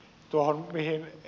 arvoisa puhemies